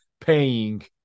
paying